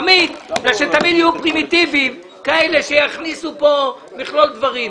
תמיד כי תמיד יהיו פרימיטיבים כאלה שיכניסו כאן מכלול דברים.